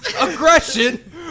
aggression